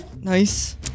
Nice